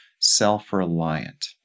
self-reliant